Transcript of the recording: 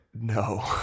No